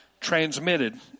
transmitted